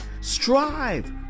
Strive